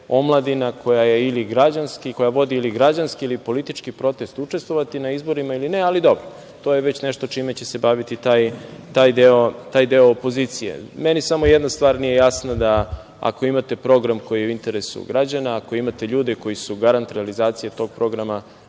koja vodi ili građanski ili politički protest, učestvovati na izborima ili ne, ali dobro, to je već nešto čime će se baviti taj deo opozicije. Meni samo jedna stvar nije jasna. Ako imate program koji je interesu građana, ako imate ljude koji su garant realizacije tog programa,